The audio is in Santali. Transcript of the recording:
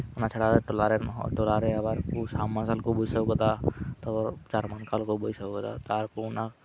ᱚᱱᱟ ᱪᱷᱟᱲᱟ ᱟᱞᱮ ᱴᱚᱞᱟ ᱟᱵᱟᱨ ᱥᱟᱵᱢᱟᱨᱥᱮᱞ ᱠᱚ ᱵᱟᱹᱭᱥᱟᱣ ᱟᱠᱟᱫᱟ ᱛᱚ ᱟᱨᱵᱟᱝᱠᱷᱟᱱ ᱠᱚ ᱵᱟᱹᱭᱥᱟᱹᱣ ᱠᱟᱫᱟ